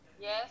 Yes